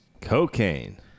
Cocaine